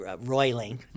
roiling